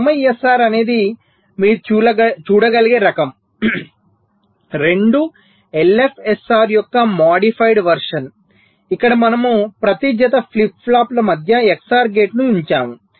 MISR అనేది మీరు చూడగలిగే రకం 2 LFSR యొక్క మాడిఫైడ్ వెర్షన్ ఇక్కడ మనము ప్రతి జత ఫ్లిప్ ఫ్లాప్ల మధ్య XOR గేట్ను ఉంచాము